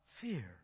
fear